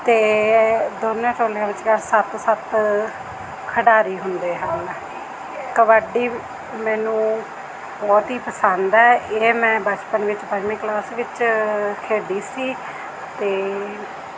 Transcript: ਅਤੇ ਦੋਨੋਂ ਟੋਲੀਆਂ ਵਿਚਕਾਰ ਸੱਤ ਸੱਤ ਖਿਡਾਰੀ ਹੁੰਦੇ ਹਨ ਕਬੱਡੀ ਮੈਨੂੰ ਬਹੁਤ ਹੀ ਪਸੰਦ ਹੈ ਇਹ ਮੈਂ ਬਚਪਨ ਵਿੱਚ ਪੰਜਵੀਂ ਕਲਾਸ ਵਿੱਚ ਖੇਡੀ ਸੀ ਅਤੇ